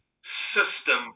system